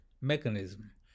mechanism